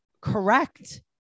correct